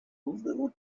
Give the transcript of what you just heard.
little